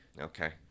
Okay